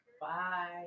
Bye